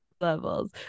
levels